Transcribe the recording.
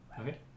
Okay